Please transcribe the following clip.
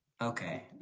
Okay